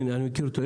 כן, אני מכיר אותו.